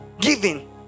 giving